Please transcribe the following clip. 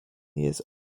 years